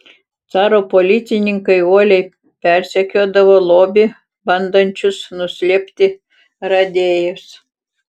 caro policininkai uoliai persekiodavo lobį bandančius nuslėpti radėjus